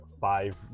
five